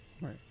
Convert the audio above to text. Right